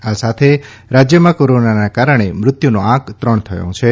આ સાથે રાજ્યમાં કોરોનાના કારણે મુત્યુનો આંક ત્રણ થયો છે